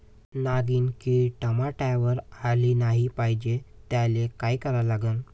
नागिन किड टमाट्यावर आली नाही पाहिजे त्याले काय करा लागन?